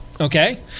okay